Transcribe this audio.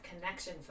connection